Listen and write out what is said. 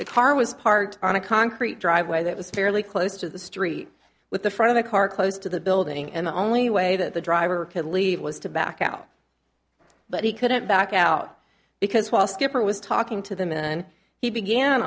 heart was parked on a concrete driveway that was fairly close to the street with the front of the car close to the building and the only way that the driver could leave was to back out but he couldn't back out because while skipper was talking to them in he began